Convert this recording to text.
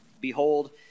Behold